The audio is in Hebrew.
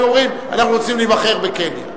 הם היו אומרים שהם רוצים להיוולד בקניה.